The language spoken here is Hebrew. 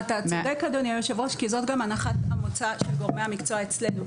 אתה צודק אדוני היושב-ראש כי זאת גם הנחת המוצא של גורמי המקצוע אצלנו.